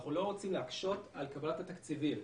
אנחנו לא רוצים להקשות על קבלת התקציבים.